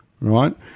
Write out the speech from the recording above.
Right